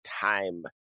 Time